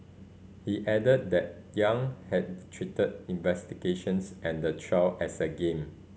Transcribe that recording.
he added that Yang had treated investigations and the trial as a game